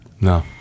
no